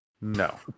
No